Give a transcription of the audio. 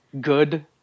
Good